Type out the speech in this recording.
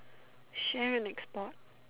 share and export